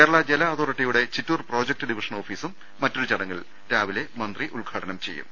കേരള ജല അതോറിറ്റിയുടെ Chittur project division ഓഫീസും മറ്റൊരു ചടങ്ങിൽ രാവിലെ മന്ത്രി ഉദ്ഘാ ടനം ചെയ്യും